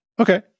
Okay